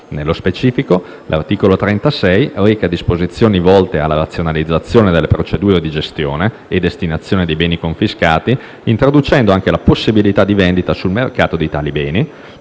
Nello specifico, l'articolo 36 reca disposizioni volte alla razionalizzazione delle procedure di gestione e destinazione dei beni confiscati, introducendo anche la possibilità di vendita sul mercato di tali beni,